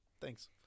Thanks